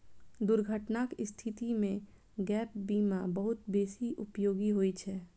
दुर्घटनाक स्थिति मे गैप बीमा बहुत बेसी उपयोगी होइ छै